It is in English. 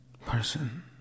person